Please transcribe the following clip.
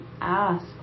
ask